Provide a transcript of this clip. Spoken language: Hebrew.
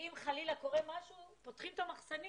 שאם חלילה קורה משהו, פותחים את המחסנים